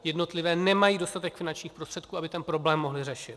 Jednotlivé instituce nemají dostatek finančních prostředků, aby ten problém mohly řešit.